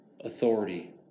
authority